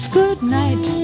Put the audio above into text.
goodnight